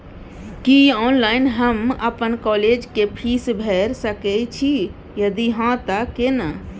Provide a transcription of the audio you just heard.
की online हम अपन college के फीस भैर सके छि यदि हाँ त केना?